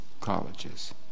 colleges